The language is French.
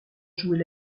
jouer